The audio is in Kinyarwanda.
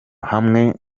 hamwe